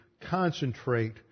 concentrate